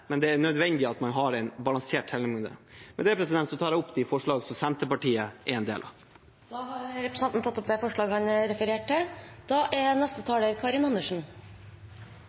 men det er nødvendig at man har en balansert tilnærming. Med det tar jeg opp det forslaget som Senterpartiet er en del av. Representanten Willfred Nordlund har tatt opp det forslaget han refererte til.